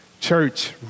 Church